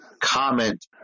comment